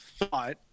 thought